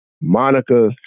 Monica